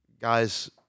Guys